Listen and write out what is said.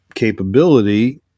capability